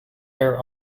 air